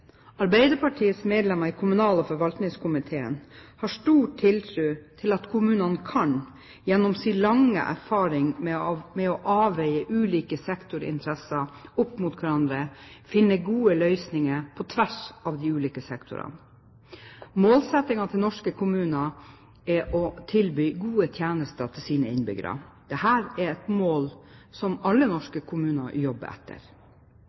Arbeiderpartiets medlemmer i kommunal- og forvaltningskomiteen har stor tiltro til at kommunene kan, gjennom sin lange erfaring med å avveie ulike sektorinteresser opp mot hverandre, finne gode løsninger på tvers av de ulike sektorene. Målsettingen til norske kommuner er å tilby gode tjenester til sine innbyggere. Dette er et mål som alle norske kommuner jobber etter.